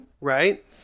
right